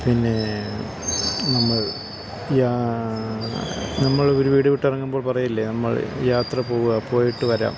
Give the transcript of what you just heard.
പിന്നെ നമ്മൾ യാ നമ്മൾ ഒരു വീട് വിട്ട് ഇറങ്ങുമ്പോൾ പറയില്ലേ നമ്മൾ യാത്ര പോവാൻ പോയിട്ട് വരാം